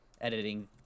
editing